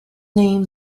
named